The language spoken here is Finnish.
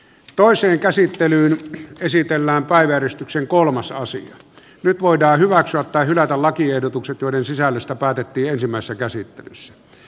toiseen käsittelyyn esitellään pääjäristyksen kolmas sasi nyt voidaan hyväksyä tai hylätä lakiehdotukset joiden sisällöstä päätettiin ensimmäisessä käsittelyssä